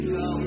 go